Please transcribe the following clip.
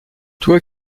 toi